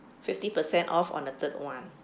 fifty percent off on the third one